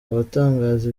abatangaza